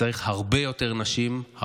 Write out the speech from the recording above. וצריך הרבה יותר נשים,